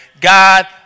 God